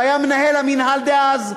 שהיה מנהל המינהל אז,